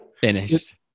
Finished